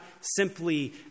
simply